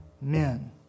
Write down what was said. men